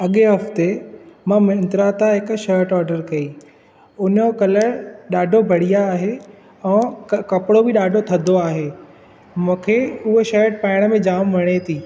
अॻिए हफ़्ते मां मिंत्रा तां हिकु शर्ट ऑर्डर कई उन जो कलर ॾाढो बड़िया आहे ऐं कपिड़ो बि ॾाढो थधो आहे मूंखे उहा शर्ट पाइण में जाम वणे थी